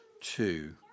two